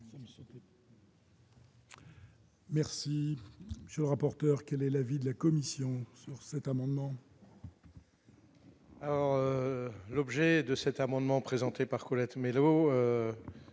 Merci, monsieur le rapporteur, quel est l'avis de la Commission sur cet amendement. L'objet de cet amendement, présenté par Colette Mélot